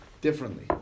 differently